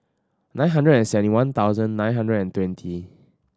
nine hundred and seventy one thousand nine hundred and twenty